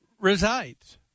resides